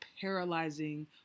paralyzing